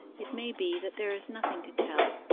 it may be that there is nothing to tell.